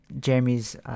Jeremy's